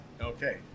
Okay